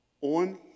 on